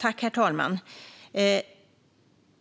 Herr talman!